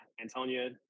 Antonia